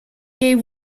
gave